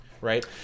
Right